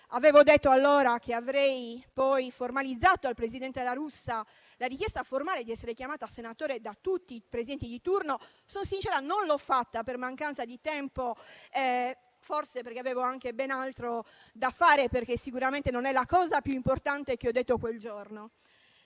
Avevo detto allora che avrei poi formalizzato al presidente La Russa la richiesta di essere chiamata senatore da tutti i Presidenti di turno. Sono sincera, non l'ho fatta per mancanza di tempo e forse perché avevo anche ben altro da fare, perché sicuramente non è la cosa più importante che ho detto quel giorno.